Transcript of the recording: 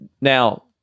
now